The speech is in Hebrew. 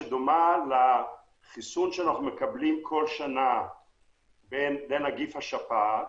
שדומה לחיסון שאנחנו מקבלים בכל שנה לנגיף השפעת,